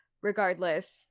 regardless